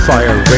Fire